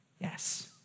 Yes